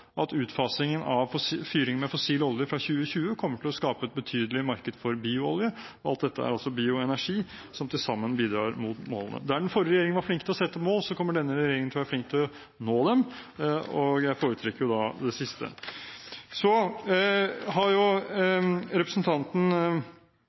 at utfasingen av fyringen med fossil olje fra 2020 kommer til å skape et betydelig marked for bioolje. Alt dette er bioenergi som til sammen bidrar til å nå målene. Der den forrige regjeringen var flink til å sette mål, kommer denne regjeringen til å være flink til å nå dem, og jeg foretrekker det siste. Representanten Per Rune Henriksen – det